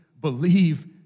believe